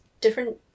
different